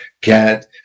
get